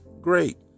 great